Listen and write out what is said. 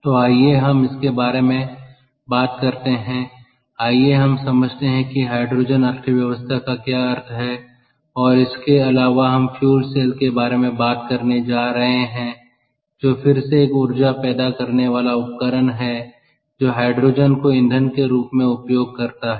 तो आइए हम इसके बारे में बात करते हैं आइए हम समझते हैं कि हाइड्रोजन अर्थव्यवस्था का क्या अर्थ है और इसके अलावा हम फ्यूल सेल के बारे में बात करने जा रहे हैं जो फिर से एक ऊर्जा पैदा करने वाला उपकरण है जो हाइड्रोजन को ईंधन के रूप में उपयोग करता है